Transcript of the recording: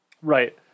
right